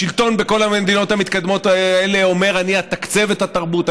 השלטון בכל המדינות המתקדמות האלה אומר: אני אתקצב את התרבות,